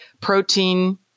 protein